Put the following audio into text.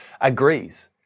agrees